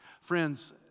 Friends